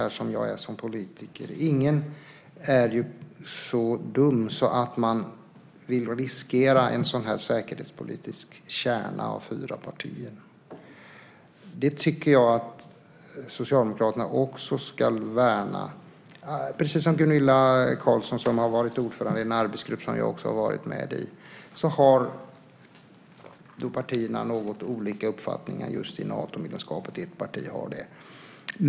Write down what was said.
Ingen i våra fyra partier är så dum att man vill riskera vår säkerhetspolitiska kärna. Den tycker jag att Socialdemokraterna också ska värna. Precis som Gunilla Carlsson, som har varit ordförande i den arbetsgrupp där också jag varit med, sade har partierna något olika uppfattning om Natomedlemskapet. Och i ert parti har ni det.